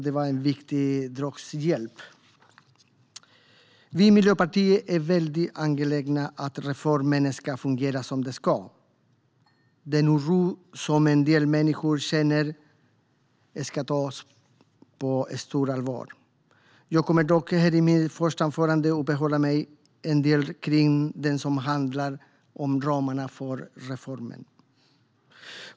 Den var en viktig draghjälp. Vi i Miljöpartiet är mycket angelägna om att reformen fungerar som den ska. Den oro som en del människor känner ska tas på stort allvar. Jag kommer dock här i mitt första anförande att uppehålla mig en del vid det som handlar om ramarna för reformen.